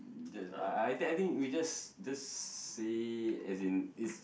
I I think I think we just just say as in it's